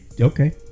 Okay